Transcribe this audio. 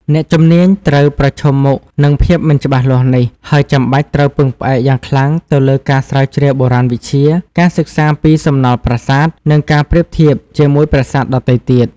អ្នកជំនាញត្រូវប្រឈមមុខនឹងភាពមិនច្បាស់លាស់នេះ ហើយចាំបាច់ត្រូវពឹងផ្អែកយ៉ាងខ្លាំងទៅលើ ការស្រាវជ្រាវបុរាណវិទ្យា ការសិក្សាពីសំណល់ប្រាសាទ និងការប្រៀបធៀបជាមួយប្រាសាទដទៃទៀត។